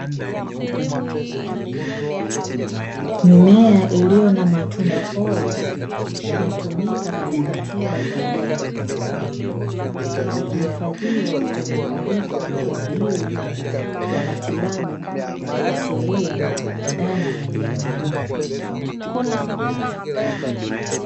Mimea iliyo na matunda pori inatumika katika tiba za jadi, ikihifadhiwa kwa uangalifu kwa ajili ya matibabu asilia ndani ya jamii.